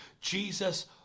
Jesus